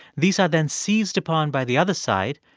these are then seized upon by the other side,